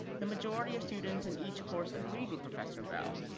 the majority of students in each course agreed with professor bell.